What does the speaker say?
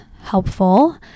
helpful